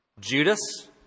Judas